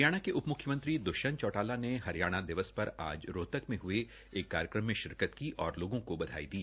हरियाणा के उपम्ख्यमंत्री दुष्यंत चौटाला ने हरियाणा दिवस के पर आज रोहतक में हये एक कार्यक्रम में शिरकत की और लोगों को बधाई दी